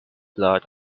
blood